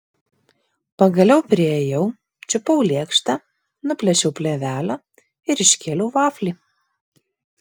pagaliau priėjau čiupau lėkštę nuplėšiau plėvelę ir iškėliau vaflį